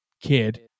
kid